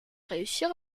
réussir